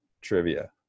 Trivia